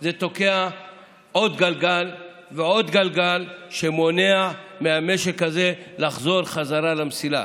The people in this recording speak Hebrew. זה תוקע עוד גלגל ועוד גלגל ומונע מהמשק הזה לחזור חזרה למסילה.